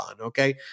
okay